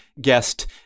guest